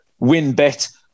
WinBet